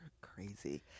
crazy